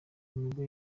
nibwo